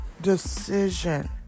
decision